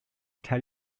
tell